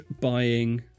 buying